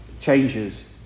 changes